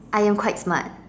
I am quite smart